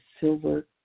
silver